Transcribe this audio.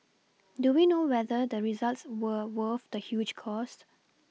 do we know whether the results were worth the huge cost